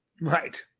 Right